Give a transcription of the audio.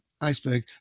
iceberg